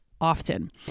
Often